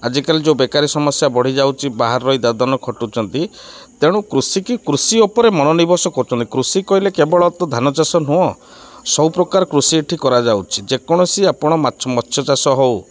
ଆଜିକାଲି ଯେଉଁ ବେକାରୀ ସମସ୍ୟା ବଢ଼ିଯାଉଛି ବାହାରେ ରହି ଦାଦନ ଖଟୁଛନ୍ତି ତେଣୁ କୃଷିକି କୃଷି ଉପରେ ମନ ନିବସ କରୁଛନ୍ତି କୃଷି କହିଲେ କେବଳ ତ ଧାନ ଚାଷ ନୁହଁ ସବୁପ୍ରକାର କୃଷି ଏଠି କରାଯାଉଛି ଯେକୌଣସି ଆପଣ ମାଛ ମତ୍ସ୍ୟ ଚାଷ ହଉ